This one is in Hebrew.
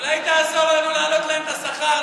אולי תעזור לנו להעלות להם את השכר?